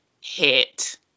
hit